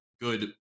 good